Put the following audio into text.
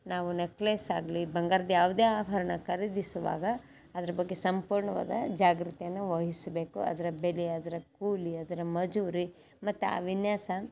ನಾವು ನೆಕ್ಲೆಸ್ಸಾಗಲೀ ಬಂಗಾರದ ಯಾವುದೇ ಆಭರಣ ಖರೀದಿಸುವಾಗ ಅದ್ರ ಬಗ್ಗೆ ಸಂಪೂರ್ಣವಾದ ಜಾಗೃತಿಯನ್ನು ವಹಿಸಬೇಕು ಅದರ ಬೆಲೆ ಅದರ ಕೂಲಿ ಅದರ ಮಜೂರಿ ಮತ್ತು ಆ ವಿನ್ಯಾಸ